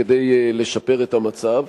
כדי לשפר את המצב.